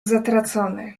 zatracony